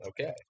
okay